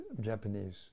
Japanese